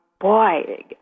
Boy